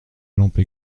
lampe